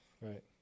Right